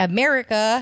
America